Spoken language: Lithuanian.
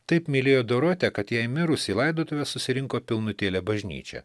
taip mylėjo dorotę kad jai mirus į laidotuves susirinko pilnutėlė bažnyčia